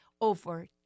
over